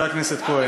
אל תכבד אותי,